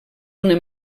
una